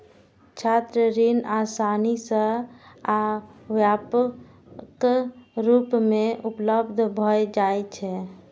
छात्र ऋण आसानी सं आ व्यापक रूप मे उपलब्ध भए जाइ छै